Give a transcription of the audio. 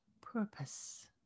purpose